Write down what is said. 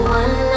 one